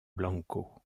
blanco